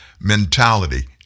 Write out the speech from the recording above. mentality